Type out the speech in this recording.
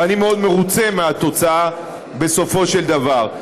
ואני מאוד מרוצה מהתוצאה בסופו של דבר.